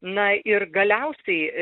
na ir galiausiai